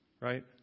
Right